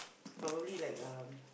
probably like uh